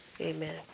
Amen